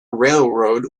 railroad